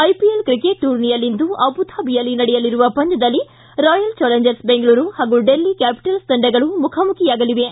IPL cricket ಟೂನಿರ್ಯಲ್ಲಿಂದು ಅಬುಧಾಬಿಯಲ್ಲಿ ನಡೆಯಲಿರುವ ಪಂದ್ಯದಲ್ಲಿ ರಾಯಲ್ ಚಾಲೆಂಜರ್ಸ್ ಬೆಂಗಳೂರು ಹಾಗೂ ಡೆಲ್ಲಿ ಕ್ಕಾಪಿಟಲ್ಸ್ ತಂಡಗಳು ಮುಖಾಮುಖಿಯಾಗಲಿವೆ